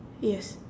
yes